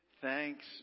thanks